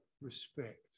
respect